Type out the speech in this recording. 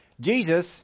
Jesus